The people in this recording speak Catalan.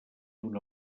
una